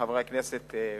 חברי הכנסת,